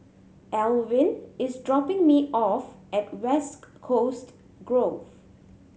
Elwin is dropping me off at West Coast Grove